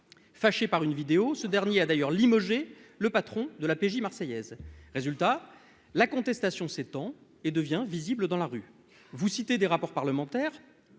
Fâché par une vidéo, ce dernier a d'ailleurs limogé le patron de la PJ marseillaise. Résultat : la contestation s'étend et devient visible dans la rue. Vous citez des rapports parlementaires